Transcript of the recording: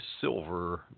silver